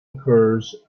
occurs